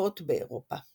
התרופות באירופה.